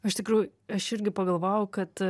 iš tikrųjų aš irgi pagalvojau kad